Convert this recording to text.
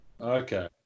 Okay